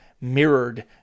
mirrored